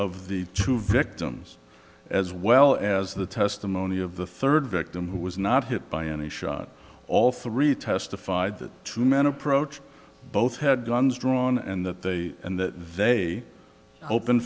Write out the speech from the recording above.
of the two victims as well as the testimony of the third victim who was not hit by any shot all three testified that two men approached both had guns drawn and that they and that they open